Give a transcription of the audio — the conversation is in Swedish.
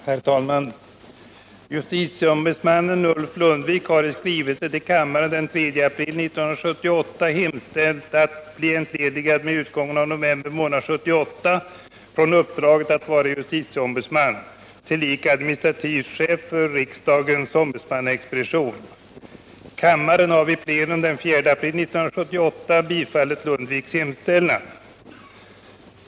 Herr talman! Justitieombudsmannen Ulf Lundvik har i skrivelse till kammaren den 3 april 1978 hemställt att bli entledigad med utgången av november månad 1978 från uppdraget att vara justitieombudsman, tillika administrativ chef för riksdagens ombudsmannaexpedition. Kammaren har vid plenum den 4 april 1978 bifallit Lundviks hemställan.